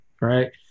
right